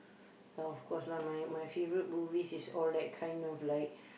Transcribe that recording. health of course lah my favourite movies is all that kind of like